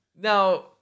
Now